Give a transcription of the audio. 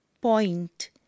Point